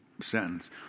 sentence